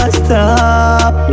stop